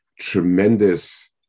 tremendous